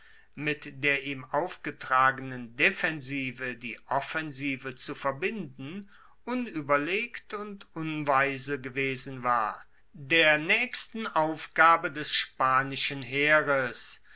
mit der ihm aufgetragenen defensive die offensive zu verbinden unueberlegt und unweise gewesen war der naechsten aufgabe des spanischen heeres